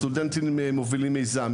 סטודנטים מובילים מיזם,